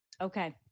Okay